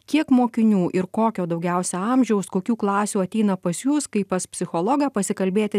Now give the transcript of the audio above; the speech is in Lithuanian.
kiek mokinių ir kokio daugiausia amžiaus kokių klasių ateina pas jus kaip pas psichologą pasikalbėti